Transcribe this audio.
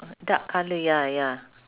dark colour ya ya